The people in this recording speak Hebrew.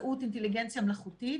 עוסקים.